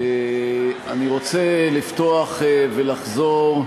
רוצה לפתוח ולחזור,